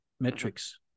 metrics